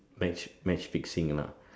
match match fixing lah